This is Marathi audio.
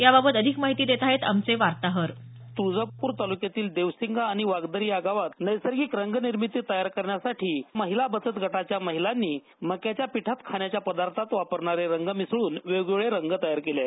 याबाबत अधिक माहिती देत आहेत आमचे वार्ताहर तुळजापूर तालुक्यातील देवसिंगा आणि वागदरी या गावात नैसर्गिक रंगनिर्मिती तयार करण्यासाठी महिला बचत गटाच्या महिलांनी मक्याच्या पिठात खाण्याच्या पदार्थात वापरणारे रंग मिसळून वेगवेगळे रंग तयार केले आहेत